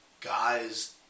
guys